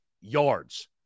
yards